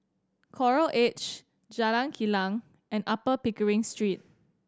Coral Edge Jalan Kilang and Upper Pickering Street